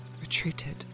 retreated